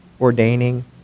ordaining